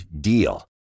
DEAL